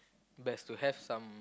best to have some